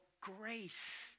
grace